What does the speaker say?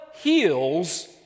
heals